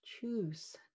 Choose